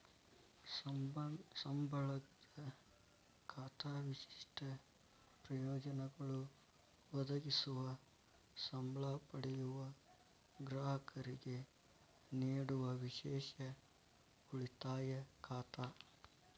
ಸಂಬಳದ ಖಾತಾ ವಿಶಿಷ್ಟ ಪ್ರಯೋಜನಗಳು ಒದಗಿಸುವ ಸಂಬ್ಳಾ ಪಡೆಯುವ ಗ್ರಾಹಕರಿಗೆ ನೇಡುವ ವಿಶೇಷ ಉಳಿತಾಯ ಖಾತಾ